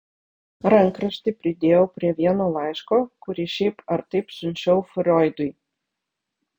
rankraštį pridėjau prie vieno laiško kurį šiaip ar taip siunčiau froidui